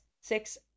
six